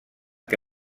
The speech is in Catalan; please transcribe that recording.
que